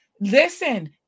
Listen